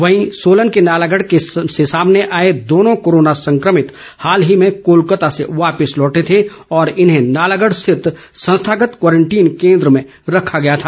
वहीं सोलन के नालागढ़ से सामने आए दोनो कोरोना संक्रमित हाल ही में कोलकाता से वापिस लौटे थे और इन्हें नालागढ स्थित संस्थागत क्वारंटीन केंद्र में रखा गया था